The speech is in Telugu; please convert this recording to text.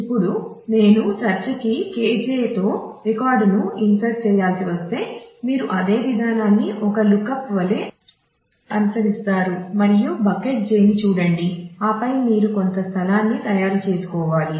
ఇప్పుడు నేను సెర్చ్ కీ Kj తో రికార్డ్ను ఇన్సర్ట్ చేయాల్సివస్తే మీరు అదే విధానాన్ని ఒక లుక్అప్ వలె అనుసరిస్తారు మరియు బకెట్ j ని చూడండి ఆపై మీరు కొంత స్థలాన్ని తయారు చేసుకోవాలి